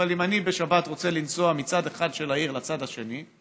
אבל אם אני רוצה לנסוע בשבת מצד אחד של העיר לצד השני,